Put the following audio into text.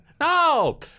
no